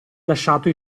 lasciato